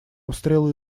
обстрелы